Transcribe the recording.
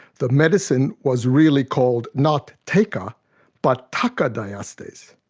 the medicine was really called not take a but takadiastase.